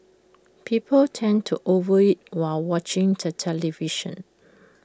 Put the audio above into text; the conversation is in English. people tend to over eat while watching the television